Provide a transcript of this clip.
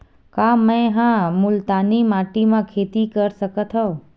का मै ह मुल्तानी माटी म खेती कर सकथव?